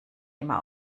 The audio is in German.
immer